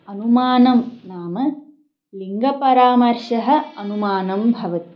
अनुमानं नाम लिङ्गपरामर्शः अनुमानं भवति